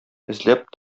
эзләп